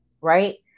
right